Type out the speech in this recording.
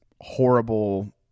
horrible